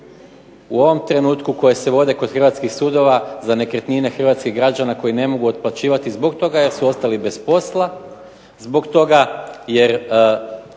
u ovom trenutku koje se vode kod hrvatskih sudova za nekretnine hrvatskih građana koje ne mogu otplaćivati zbog toga jer su ostali bez posla, zbog toga što